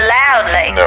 loudly